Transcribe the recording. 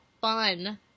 fun